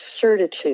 certitude